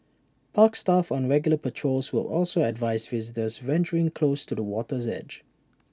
park staff on regular patrols will also advise visitors venturing close to the water's edge